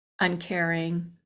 uncaring